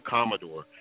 Commodore